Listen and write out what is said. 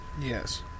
Yes